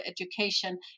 education